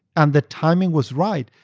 and the timing was right.